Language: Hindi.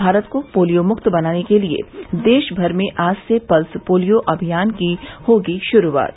भारत को पोलियोमुक्त बनाने के लिए देशभर में आज से पल्स पोलियो अभियान की होगी शुरूआत